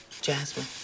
Jasmine